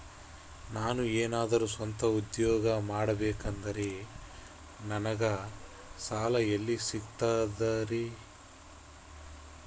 ನಾನು ಏನಾದರೂ ಸ್ವಂತ ಉದ್ಯೋಗ ಮಾಡಬೇಕಂದರೆ ನನಗ ಸಾಲ ಎಲ್ಲಿ ಸಿಗ್ತದರಿ?